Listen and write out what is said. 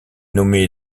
nommé